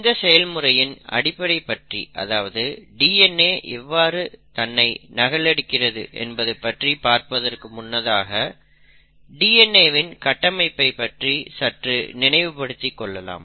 இந்த செயல் முறையின் அடிப்படை பற்றி அதாவது DNA எவ்வாறு தன்னை நகலெடுக்கிறது என்பது பற்றி பார்ப்பதற்கு முன்னதாக DNA வின் கட்டமைப்பை பற்றி சற்று நினைவு படுத்திக் கொள்ளலாம்